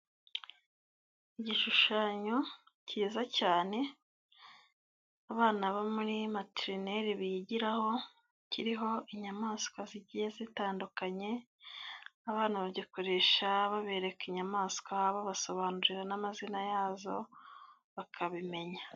Igishushanyo kiza cyane, abana bo muri materineri bigiraho. Kiriho inyamaswa zigiye zitandukanye. Abana bagikoresha babereka inyamaswa babasobanurira n'amazina yazo bakabimenya.